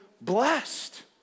blessed